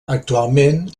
actualment